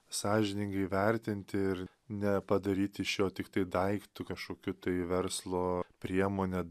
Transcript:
sąžiningai įvertinti ir nepadaryti šio tiktai daiktu kašokiu tai verslo priemone